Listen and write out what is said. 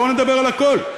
בוא נדבר על הכול.